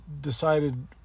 decided